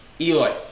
Eloy